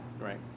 right